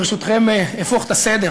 ברשותכם, אהפוך את הסדר.